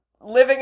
living